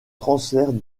transfert